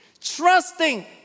Trusting